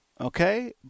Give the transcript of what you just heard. okay